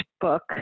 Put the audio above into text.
book